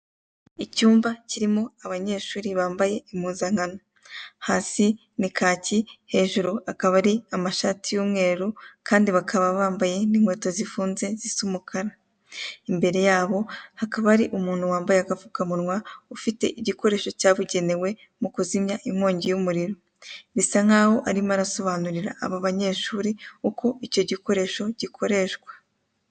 Icyumba kirimo abanyeshuri bambaye impuzankano. Hasi ni kaki, hejuru akaba ari amashati y'umweru kandi bakaba bambaye n'inkweto zifunze zisa umukara. Imbere yabo hakaba hari umuntu wambaye agapfukamunwa ufite igikoresho cyabugenewe mu kuzimya inkongi y'umuriro. Bisa nkaho arimo arasobanurira abo banyeshuri uko icyo gikoresho gikoreshwa.